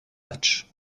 matchs